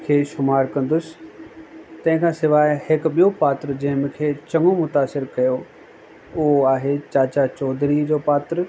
खे शुमार कंदुसि तंहिंखां सिवाइ हिकु ॿियो पात्र जै मूंखे चङो मुतासिरु कयो उहो आहे चाचा चौधरी जो पात्र